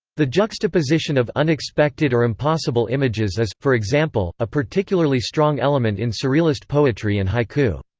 the juxtaposition of unexpected or impossible images is, for example, a particularly strong element in surrealist poetry and haiku.